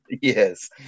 Yes